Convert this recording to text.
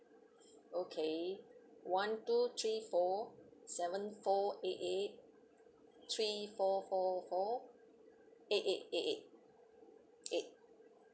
okay one two three four seven four eight eight three four four four eight eight eight eight eight